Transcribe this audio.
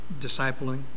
discipling